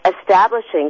establishing